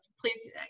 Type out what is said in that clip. please